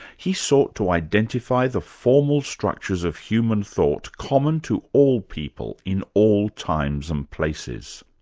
he sought to identify the formal structures of human thought common to all people in all times and places.